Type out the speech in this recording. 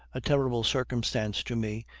a terrible circumstance to me,